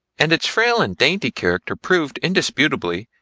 and its frail and dainty character proved indisputably,